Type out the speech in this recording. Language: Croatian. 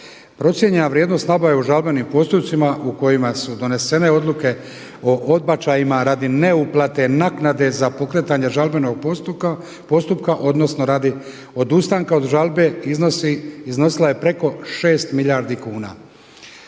Procijenjena vrijednost nabave u žalbenim postupcima u kojima su donesene odluke o odbačajima radi ne uplate naknade za pokretanje žalbenog postupka odnosno radi odustanka od žalbe iznosila je preko 6 milijardi kuna.